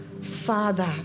father